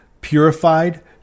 purified